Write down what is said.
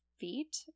feet